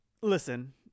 Listen